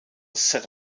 set